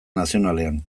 nazionalean